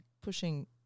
pushing